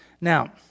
Now